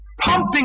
pumping